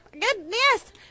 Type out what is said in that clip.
goodness